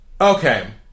Okay